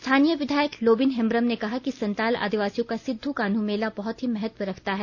स्थानीय विधायक लोबिन हेंब्रम ने कहा कि संताल आदिवासियों का सिद्ध कान्हू मेला बहुत ही महत्व रखता है